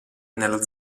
nella